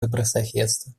добрососедства